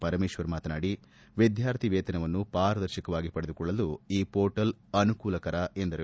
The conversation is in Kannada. ಪರಮೇಶ್ವರ್ ಮಾತನಾಡಿ ವಿದ್ಮಾರ್ಥಿ ವೇತನವನ್ನು ಪಾರದರ್ಶಕವಾಗಿ ಪಡೆದುಕೊಳ್ಳಲು ಈ ಮೋರ್ಟಲ್ ಅನುಕೂಲಕರ ಎಂದು ಹೇಳಿದರು